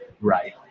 right